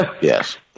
Yes